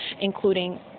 including